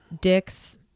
dick's